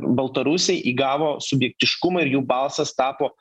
baltarusiai įgavo subjektiškumą ir jų balsas tapo